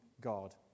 God